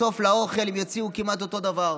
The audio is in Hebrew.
בסוף על אוכל הם יוציאו כמעט אותו דבר,